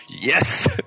Yes